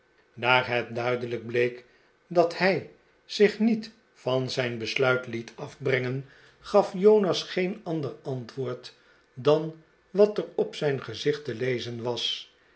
daar het duidelijk bleek dat hij zich niet van zijn besluit liet afbrengen gaf jonas geen ander antwoord dan wat er op zijn gezicht te lezen was